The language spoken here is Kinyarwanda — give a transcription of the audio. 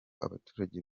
abaturage